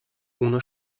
uno